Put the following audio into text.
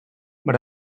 but